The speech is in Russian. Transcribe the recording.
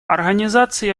организации